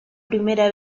primera